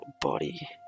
body